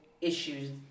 issues